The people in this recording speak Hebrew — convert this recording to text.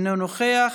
אינו נוכח,